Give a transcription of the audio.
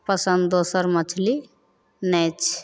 पसन्द दोसर मछली नहि छै